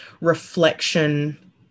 reflection